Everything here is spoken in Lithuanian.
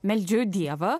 meldžiu dievą